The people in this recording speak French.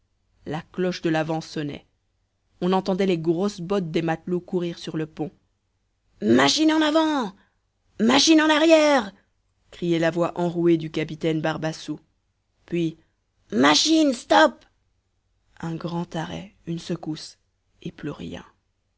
la cloche de l'avant sonnait on entendait les grosses bottes des matelots courir sur le pont machine en avant machine en arrière criait la voix enrouée du capitaine barbassou puis machine stop un grand arrêt une secousse et plus rien